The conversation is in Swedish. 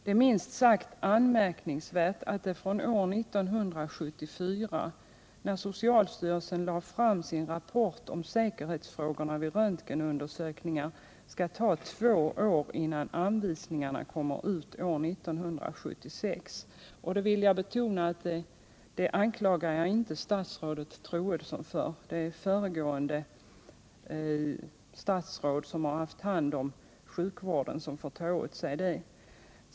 Det är minst sagt anmärkningsvärt att det från år 1974, när socialstyrelsen lade fram sin rapport om säkerhetsfrågorna vid röntgenundersökningar, skulle ta två år innan anvisningarna kom ut år 1976. Jag vill betona att jag inte anklagar statsrådet Troedsson för detta; det är det statsråd som tidigare hade hand om sjukvården som får ta åt sig av detta.